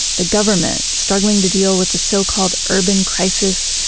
the government struggling to deal with the so-called urban crisis,